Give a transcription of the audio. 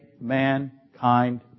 mankind